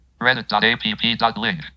Reddit.app.link